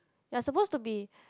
you're supposed to be